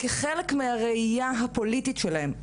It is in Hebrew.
שכחלק מהראייה הפוליטית שלהם,